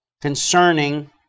concerning